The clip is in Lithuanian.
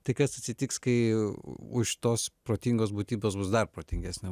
tai kas atsitiks kai už tos protingos būtybės bus dar protingesnė